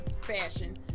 fashion